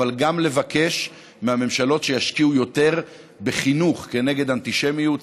אבל גם לבקש מהממשלות שישקיעו יותר בחינוך כנגד אנטישמיות,